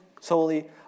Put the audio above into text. solely